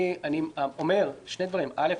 אני אומר שני דברים: א.